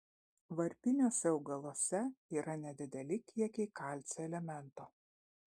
varpiniuose augaluose yra nedideli kiekiai kalcio elemento